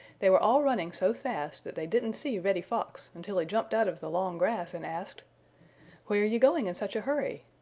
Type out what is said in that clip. they were all running so fast that they didn't see reddy fox until he jumped out of the long grass and asked where are you going in such a hurry?